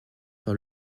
par